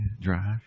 drive